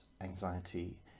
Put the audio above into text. anxiety